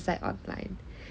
it's like online